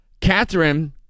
Catherine